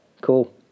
Cool